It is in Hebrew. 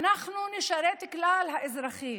אנחנו נשרת את כלל האזרחים.